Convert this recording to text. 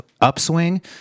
upswing